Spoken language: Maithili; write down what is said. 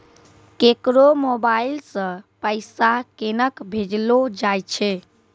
केकरो मोबाइल सऽ पैसा केनक भेजलो जाय छै?